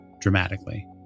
dramatically